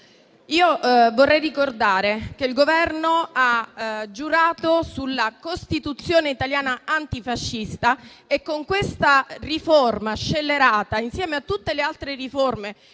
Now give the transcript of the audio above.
Vorrei ricordare che il Governo ha giurato sulla Costituzione italiana antifascista, ma questa riforma scellerata, insieme a tutte le altre che